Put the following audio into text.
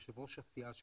יושב ראש הסיעה שלנו,